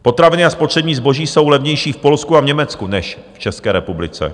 Potraviny a spotřební zboží jsou levnější v Polsku a v Německu než v České republice.